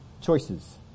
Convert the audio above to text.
choices